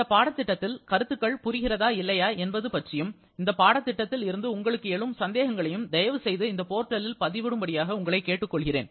இந்த பாடத்திட்டத்தில் கருத்துகள் புரிகிறதா இல்லையா என்பது பற்றியும் இந்த பாடத்திட்டத்தில் இருந்து உங்களுக்கு எழும் சந்தேகங்களையும் தயவுசெய்து இந்த போர்ட்டலில் பதிவிடும்படியாக உங்களை கேட்டுக்கொள்கிறேன்